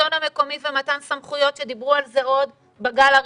השלטון המקומי ומתן סמכויות שדיברו על זה עוד בגל הראשון.